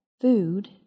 food